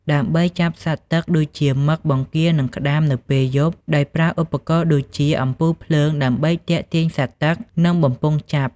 ដើម្បីចាប់សត្វទឹកដូចជា មឹក បង្គារ និងក្តាមនៅពេលយប់ ដោយប្រើឧបករណ៍ដូចជា អំពូលភ្លើងដើម្បីទាក់ទាញសត្វទឹក និងបំពង់ចាប់។